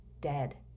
dead